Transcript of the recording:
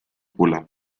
pulang